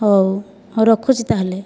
ହେଉ ହେଉ ରଖୁଛି ତାହେଲେ